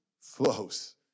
flows